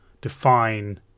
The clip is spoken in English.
define